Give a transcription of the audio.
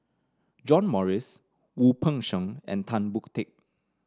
John Morrice Wu Peng Seng and Tan Boon Teik